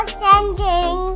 sending